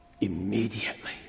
immediately